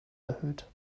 erhöht